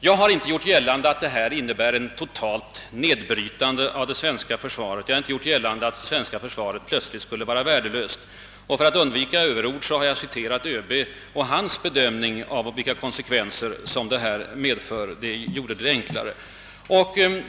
Jag har inte gjort gällande att det inträffade innebär ett totalt nedbrytande av det svenska försvaret eller att vårt försvar plötsligt blir helt värdelöst. För att undvika överord har jag citerat ÖB och hans bedömning av vilka konsekvenser detta kan medföra. Det var enklare.